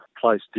place